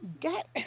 get